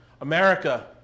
America